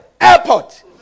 airport